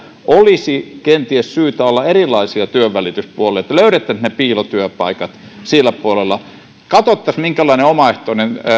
olisi kenties syytä olla erilaisia työnvälityspuolia jotta löydettäisiin ne piilotyöpaikat sillä puolella katsottaisiin minkälainen omaehtoinen